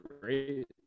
great